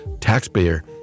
taxpayer